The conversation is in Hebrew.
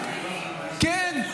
כן,